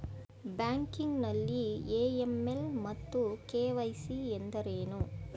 Banking ನಲ್ಲಿ AML ಮತ್ತು KYC ಎಂದರೇನು?